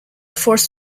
force